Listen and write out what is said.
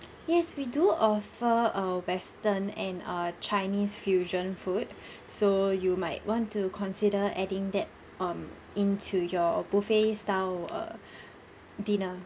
yes we do offer err western and uh chinese fusion food so you might want to consider adding that um into your buffet style err dinner